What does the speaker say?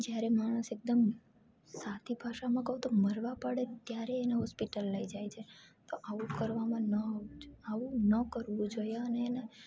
જ્યારે માણસ એકદમ સાદી ભાષામાં કહું તો મરવા પડે ત્યારે એને હોસ્પિટલ લઈ જાય છે તો આવું કરવામાં ન આવું ન કરવું જોઈએ અને એને